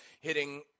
hitting